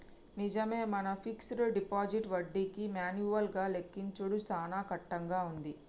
నిజమే మన fixed deposit వడ్డీకి మాన్యువల్ గా లెక్కించుడు సాన కట్టంగా ఉంది